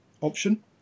option